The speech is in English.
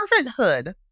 servanthood